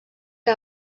que